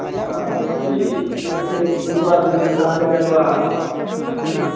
आं तर्हि चलतु एक् एकवारं सङ्ग्रहालयं गत्वा पश्यतु